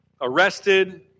arrested